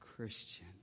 Christian